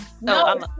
No